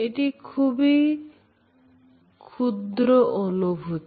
এটি খুবই ক্ষুদ্র অনুভূতি